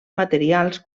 materials